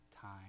time